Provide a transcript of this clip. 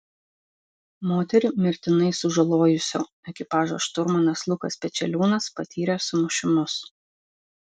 moterį mirtinai sužalojusio ekipažo šturmanas lukas pečeliūnas patyrė sumušimus